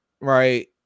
right